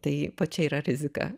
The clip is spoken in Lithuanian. tai čia yra rizika